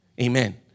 Amen